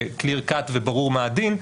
שקליר קאט וברור מה הדין,